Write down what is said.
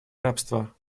рабства